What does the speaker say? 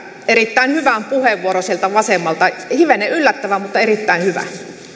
erittäin hyvä puheenvuoro sieltä vasemmalta hivenen yllättävä mutta erittäin hyvä